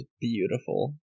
beautiful